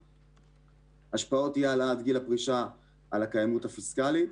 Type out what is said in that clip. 11. השפעות אי העלאת גיל הפרישה על הקיימות הפיסקלית.